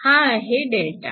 हा आहे Δ